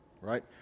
right